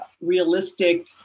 realistic